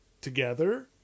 together